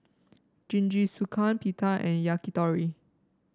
Jingisukan Pita and Yakitori